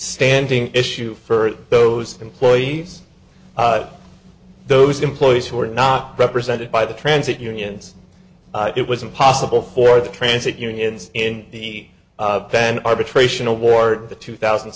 standing issue for those employees those employees who are not represented by the transit unions it was impossible for the transit unions in the penn arbitration award the two thousand